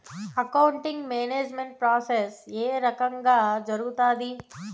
accounting management process ఏ రకంగా జరుగుతాది